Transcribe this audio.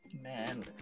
Man